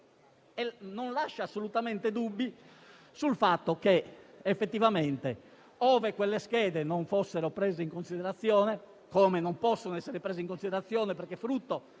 non lascia assolutamente dubbi sul fatto che, effettivamente, ove quelle schede non fossero prese in considerazione - e non possono essere prese in considerazione, perché frutto